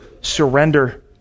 surrender